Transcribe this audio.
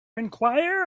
enquire